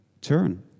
Turn